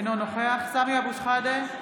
אינו נוכח סמי אבו שחאדה,